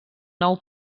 nou